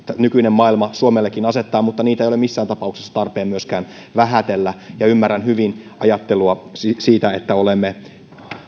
nykyinen maailma suomellekin asettaa mutta niitä ei ole missään tapauksessa tarpeen myöskään vähätellä ymmärrän hyvin ajattelua siitä että olemme